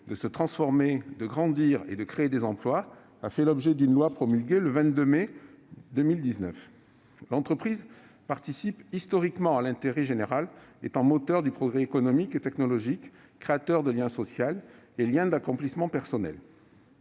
de se transformer, de grandir et de créer des emplois, a fait l'objet d'une loi promulguée le 22 mai 2019. L'entreprise participe historiquement à l'intérêt général, étant moteur du progrès économique et technologique, créateur de lien social et lieu d'accomplissement personnel.